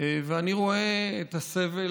ואני רואה את הסבל,